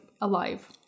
alive